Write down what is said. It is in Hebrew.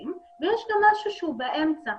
למשרדים ויש גם משהו שהוא באמצע,